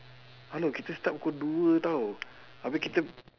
hello kita start pukul dua tau abeh kita